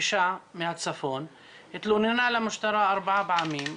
אישה מהצפון התלוננה למשטרה ארבע פעמים,